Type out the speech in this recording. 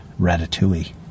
Ratatouille